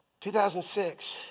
2006